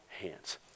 hands